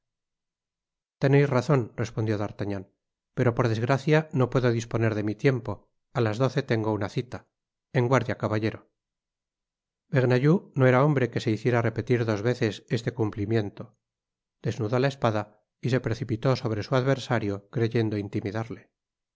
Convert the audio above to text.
teneis razon respondió d'artagnau pero por desgracia no puedo disponerideitni tiempo á las doce tengo una cita en guardia caballero i bernajoux no era hombre que se hiciera repetir dos veces este ctttlpllm'lento desnudó la espada y se precipitó sobre su adversario creyendo intimidarle